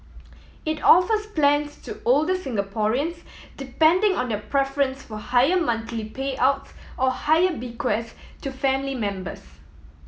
it offers plans to older Singaporeans depending on their preference for higher monthly payouts or higher bequests to family members